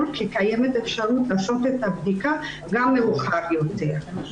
כי קיימת אפשרות לעשות את הבדיקה גם מאוחר יותר.